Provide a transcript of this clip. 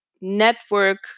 network